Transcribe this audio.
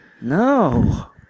No